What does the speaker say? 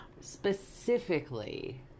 Specifically